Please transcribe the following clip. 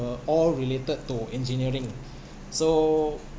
were all related to engineering so